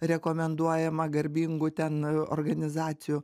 rekomenduojama garbingų ten organizacijų